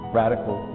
radical